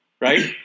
right